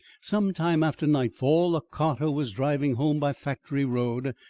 some time after nightfall a carter was driving home by factory road,